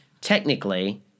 technically –